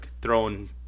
throwing